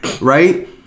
right